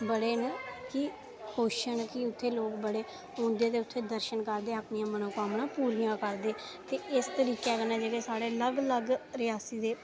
बड़े न कि खुश न कि उत्थै लोग बड़े औंदे ते उत्थै दर्शन करदे अपनियां मनोकामनां पूरियां करदे ते एस्स तरीके कन्नै जेह्ड़े साढ़े लग लग रियासी दे